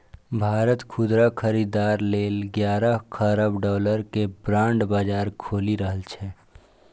भारत खुदरा खरीदार लेल ग्यारह खरब डॉलर के बांड बाजार खोलि रहल छै